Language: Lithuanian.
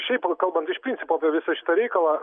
šiaip kalbant iš principo apie visą šitą reikalą